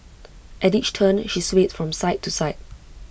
at each turn she swayed from side to side